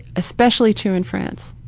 especially true in france.